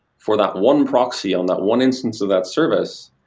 for that one proxy on that one instance of that service,